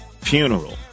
funeral